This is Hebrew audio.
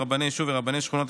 רבני יישוב ורבני שכונות),